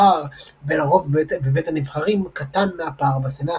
הפער בין הרוב בבית הנבחרים קטן מהפער בסנאט.